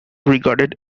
regarded